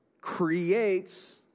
creates